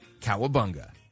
Cowabunga